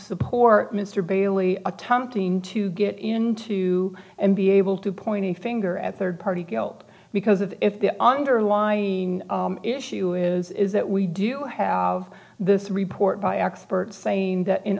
support mr bailey attempting to get into and be able to point a finger at third party guilt because if if the underlying issue is that we do have this report by experts saying that in